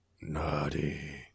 Naughty